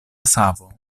savo